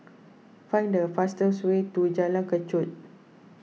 find the fastest way to Jalan Kechot